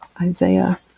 isaiah